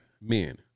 men